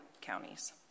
counties